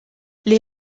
les